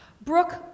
Brooke